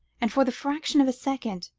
and for the fraction of a second,